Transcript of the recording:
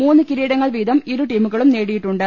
മൂന്ന് കിരീടങ്ങൾ വീതം ഇരുടീമുകളും നേടിയുട്ടുണ്ട്